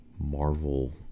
Marvel